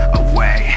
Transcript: away